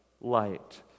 light